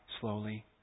slowly